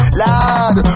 lad